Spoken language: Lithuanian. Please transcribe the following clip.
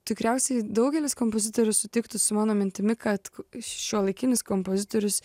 tikriausiai daugelis kompozitorių sutiktų su mano mintimi kad šiuolaikinis kompozitorius